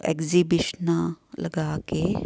ਐਗਜ਼ੀਬੀਸ਼ਨਾਂ ਲਗਾ ਕੇ